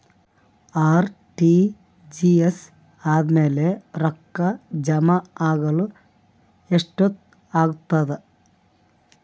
RTGS ಆದ್ಮೇಲೆ ರೊಕ್ಕ ಜಮಾ ಆಗಲು ಎಷ್ಟೊತ್ ಆಗತದ?